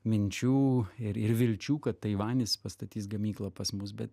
minčių ir ir vilčių kad taivanis pastatys gamyklą pas mus bet